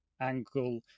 angle